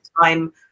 time